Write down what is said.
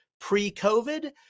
pre-COVID